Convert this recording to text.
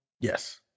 Yes